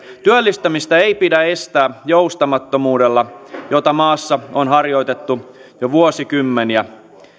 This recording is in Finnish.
työllistämistä ei pidä estää joustamattomuudella jota maassa on harjoitettu jo vuosikymmeniä